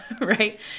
right